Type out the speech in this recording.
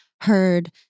heard